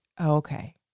okay